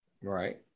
right